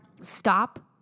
stop